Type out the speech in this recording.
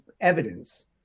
evidence